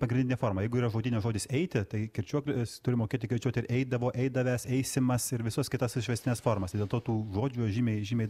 pagrindinė forma jeigu yra žodyne žodis eiti tai kirčiuoklis turi mokėti kirčiuoti eidavo eidavęs eisimas ir visas kitas išvestines formas tai dėl to tų žodžių žymiai žymiai